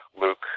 Luke